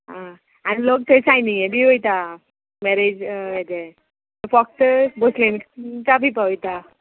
आं आनी लोक थंय सायनिंगे बी वयता मॅरेज हेजें फक्त भोसलेनच च्या पिवपा वयता